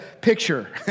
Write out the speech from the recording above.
picture